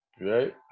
Right